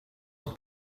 nog